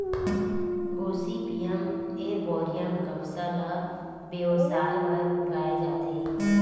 Gossypium arboreum कपसा ल बेवसाय बर उगाए जाथे